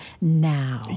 now